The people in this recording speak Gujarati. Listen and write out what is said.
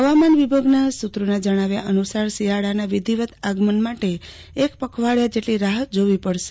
હવામાન વિભગાના સુત્રોના જણાવ્યા અનુસાર શિયાળાના વિધિવત આગમન માટે એક પખવાડિયા જેટલી રાહ જોવી પડશે